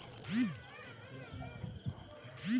बहुत से देश के करेंसी के विदेशी मुद्रा बाजार मे बदलल जा हय